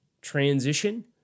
transition